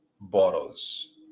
bottles